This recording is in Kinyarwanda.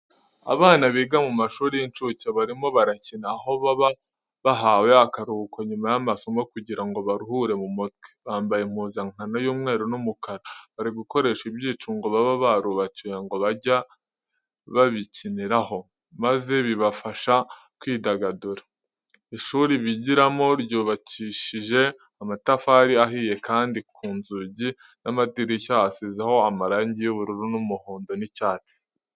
Abana biga mu mashuri y'incuke barimo barakina, aho baba bahawe akaruhuko nyuma y'amasomo kugira ngo baruhure mu mutwe, bambaye impuzangano y'umweru n'umukara. Bari gukoresha ibyicundo baba barubakiwe ngo bajye babikiniraho, maze bibafashe kwidagadura. Ishuri bigiramo ryubakishije amatafari ahiye kandi ku nzugi n'amadirishya hasizeho amarange y'ubururu n'umuhondo n'icyatsi.